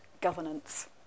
governance